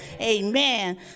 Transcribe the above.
Amen